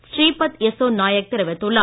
ஸ்ரீபத் யெஸ்ஸோ நாயக் தெரிவித்துள்ளார்